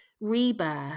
rebirth